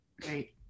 Great